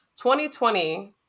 2020